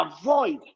avoid